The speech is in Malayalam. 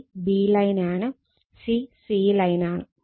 b B ലൈനാണ് c C ലൈനാണ്